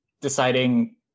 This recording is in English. deciding